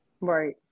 right